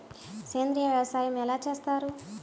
సేంద్రీయ వ్యవసాయం ఎలా చేస్తారు?